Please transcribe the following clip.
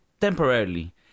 temporarily